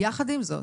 יחד עם זאת,